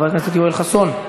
חבר הכנסת יואל חסון,